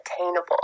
attainable